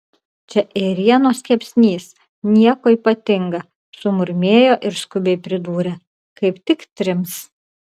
čia ėrienos kepsnys nieko ypatinga sumurmėjo ir skubiai pridūrė kaip tik trims